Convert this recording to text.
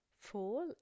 fall